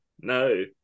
No